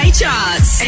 charts